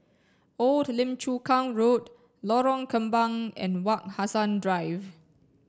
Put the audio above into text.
old Lim Chu Kang Road Lorong Kembang and Wak Hassan Drive